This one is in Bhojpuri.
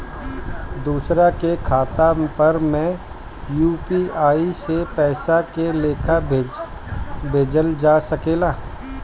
दोसरा के खाता पर में यू.पी.आई से पइसा के लेखाँ भेजल जा सके ला?